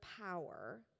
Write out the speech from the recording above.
power